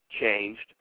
changed